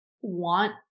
want